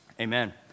amen